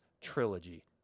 trilogy